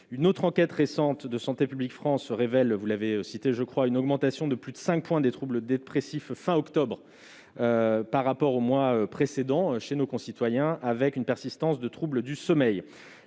Une autre enquête récente de Santé publique France révèle, chez nos concitoyens, une augmentation de plus de cinq points des troubles dépressifs en octobre par rapport au mois précédent, avec une persistance des troubles du sommeil.